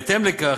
בהתאם לכך,